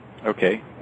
Okay